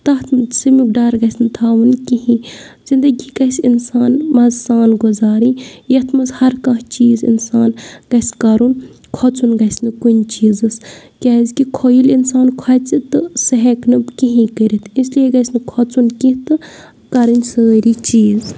تَتھ سِمیُک ڈَر گژھِ نہٕ تھاوُن کِہیٖنۍ زندگی گژھِ اِنسان مَزٕ سان گُزارٕنۍ یَتھ منٛز ہرکانٛہہ چیٖز اِنسان گژھِ کَرُن کھۄژُن گژھِ نہٕ کُنہِ چیٖزَس کیٛازِکہِ کھۄ ییٚلہِ اِنسان کھۄژِ تہٕ سُہ ہیٚکہِ نہٕ کِہیٖنۍ کٔرِتھ اسلیے گژھِ نہٕ کھۄژُن کینٛہہ تہٕ کَرٕنۍ سٲری چیٖز